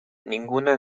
ninguna